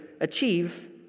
achieve